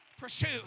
Pursue